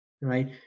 Right